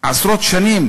עשרות שנים